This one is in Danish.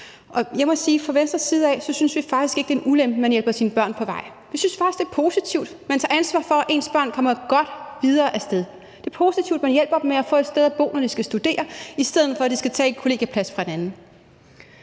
Jeg må sige, at vi fra Venstres side faktisk ikke synes, det er en ulempe, at man hjælper sine børn på vej. Vi synes faktisk, det er positivt, at man tager ansvar for, at ens børn kommer godt videre af sted. Det er positivt, at man hjælper dem med at få et sted at bo, når de skal studere, i stedet for at de skal tage en kollegieplads fra en anden.